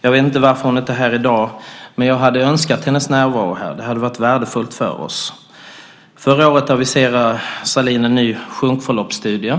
jag vet inte varför hon inte är här i dag. Men jag hade önskat hennes närvaro här. Det hade varit värdefullt för oss. Förra året aviserade Mona Sahlin en ny sjunkförloppsstudie.